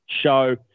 show